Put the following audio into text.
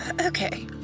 Okay